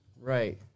Right